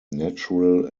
natural